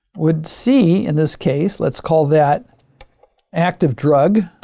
would c. in this case, let's call that active drug.